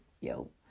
yo